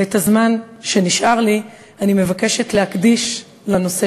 את הזמן שנשאר לי אני מבקשת להקדיש לנושא